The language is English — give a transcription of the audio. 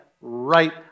right